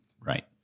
Right